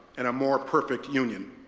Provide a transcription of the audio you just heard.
and a more perfect union.